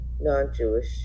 non-Jewish